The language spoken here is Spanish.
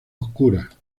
oscuras